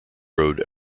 road